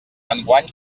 enguany